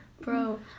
Bro